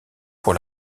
pour